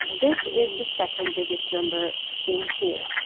this is the second biggest number in here.